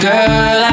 Girl